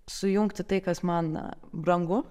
sujungti tai kas man brangu